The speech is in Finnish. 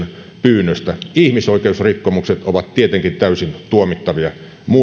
pyynnöstä ihmisoikeusrikkomukset ovat tietenkin täysin tuomittavia mutta